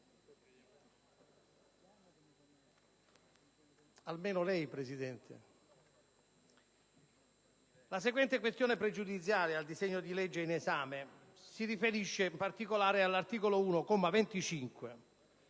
mi segua. La questione pregiudiziale QP6 al disegno di legge in esame si riferisce in particolare all'articolo 1,